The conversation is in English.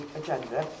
agenda